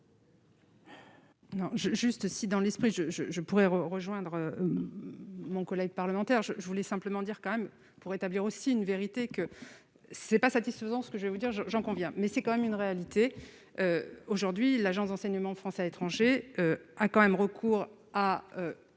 j'juste si dans l'esprit, je, je, je pourrais rejoindre mon collègue parlementaire, je voulais simplement dire quand même, pour établir aussi une vérité que ce n'est pas satisfaisant, ce que je veux dire je, j'en conviens mais c'est quand même une réalité aujourd'hui l'agence d'enseignement français à l'étranger, à quand même recours à